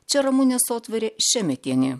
čia ramunė sotvarė šemetienė